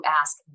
ask